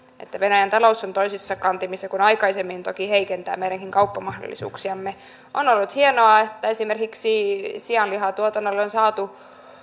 että venäjän talous on toisissa kantimissa kuin aikaisemmin toki heikentää meidänkin kauppamahdollisuuksiamme on ollut hienoa että esimerkiksi sianlihatuotannolle on saatu